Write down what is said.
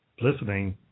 listening